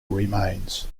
remains